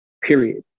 period